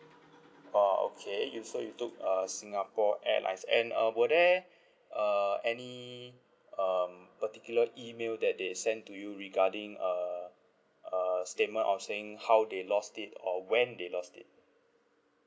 oh okay you so you took uh singapore airlines and um were there uh any um particular email that they sent to you regarding uh uh statement of saying how they lost it or when they lost it